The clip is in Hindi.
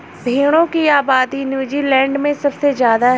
भेड़ों की आबादी नूज़ीलैण्ड में सबसे ज्यादा है